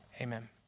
Amen